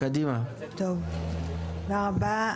תודה רבה.